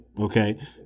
Okay